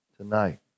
tonight